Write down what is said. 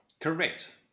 Correct